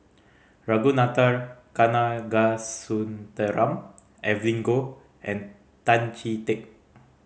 Ragunathar Kanagasuntheram Evelyn Goh and Tan Chee Teck